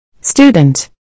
Student